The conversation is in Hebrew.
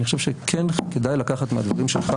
אני חושב שכן כדאי לקחת מהדברים שלך